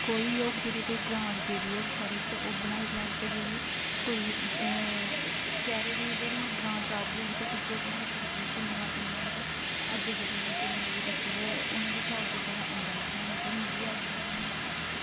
कोई होग जेह्ड़ी ग्राएं गेदी होग शैह्रे ई ओह् बनाई लैग ते जेह्ड़ी कोई शैह्रे दी ग्राएं आई दी होग ते नेईं बनाई सकदी ते नेईं तां इंया ते अज्जकल दियें कुड़ियें गी दिक्खो ते उनेंगी साग ढोड्डा ते आंदा निं बनाना मिगी आई जंदा बनाने ई